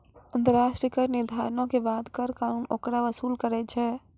अन्तर्राष्ट्रिय कर निर्धारणो के बाद कर कानून ओकरा वसूल करै छै